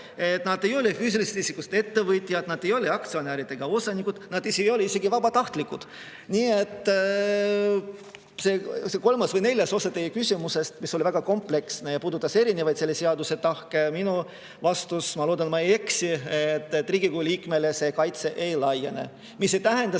Nad ei ole füüsilisest isikust ettevõtjad, ei ole aktsionärid ega osanikud, nad ei ole isegi vabatahtlikud. Nii et see kolmas või neljas osa teie küsimusest, mis oli väga kompleksne ja puudutas selle seaduse erinevaid tahke – minu vastus on ja ma loodan, et ma ei eksi, et Riigikogu liikmele see kaitse ei laiene. See ei tähenda